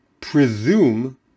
presume